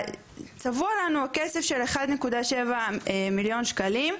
צבוע לנו הכסף של 1.7 מיליון שקלים,